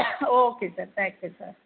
okay sir thank you sir